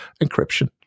encryption